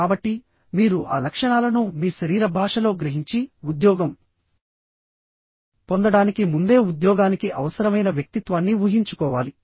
కాబట్టి మీరు ఆ లక్షణాలను మీ శరీర భాషలో గ్రహించి ఉద్యోగం పొందడానికి ముందే ఉద్యోగానికి అవసరమైన వ్యక్తిత్వాన్ని ఊహించుకోవాలి